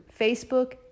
Facebook